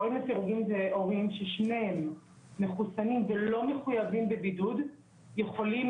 הורים לסירוגין זה הורים ששניהם מחוסנים ולא מחוייבים בבידוד ויכולים